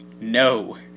no